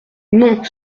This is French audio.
non